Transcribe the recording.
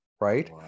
right